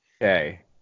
Okay